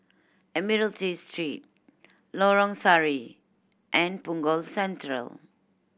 Admiralty Street Lorong Sari and Punggol Central